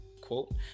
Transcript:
Quote